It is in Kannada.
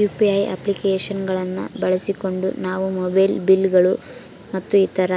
ಯು.ಪಿ.ಐ ಅಪ್ಲಿಕೇಶನ್ ಗಳನ್ನ ಬಳಸಿಕೊಂಡು ನಾವು ಮೊಬೈಲ್ ಬಿಲ್ ಗಳು ಮತ್ತು ಇತರ